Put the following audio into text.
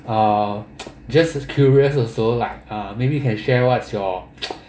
uh just curious also like ah maybe you can share what's your